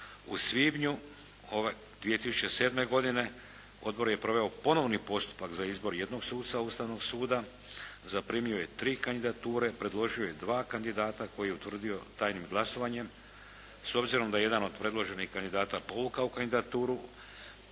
U svibnju 2007. godine Odbor je proveo ponovni postupak za izbor jednog suca Ustavnog suda, zaprimio je 3 kandidature, predložio je dva kandidata koje je utvrdio tajnim glasovanjem. S obzirom da je jedan od predloženih kandidata povukao kandidaturu,